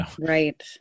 Right